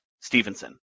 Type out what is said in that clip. Stevenson